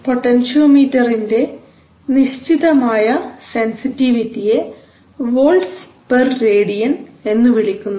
പൊട്ടൻഷ്യോമീറ്ററിന്റെ നിശ്ചിതമായ സെൻസിറ്റിവിറ്റിയെ volts per radian എന്നു വിളിക്കുന്നു